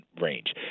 range